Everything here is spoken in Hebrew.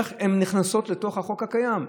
איך הן נכנסות לתוך החוק הקיים?